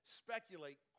speculate